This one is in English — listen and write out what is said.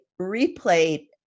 replayed